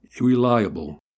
reliable